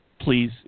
please